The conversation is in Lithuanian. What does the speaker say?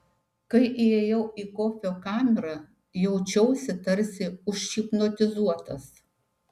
kai įėjau į kofio kamerą jaučiausi tarsi užhipnotizuotas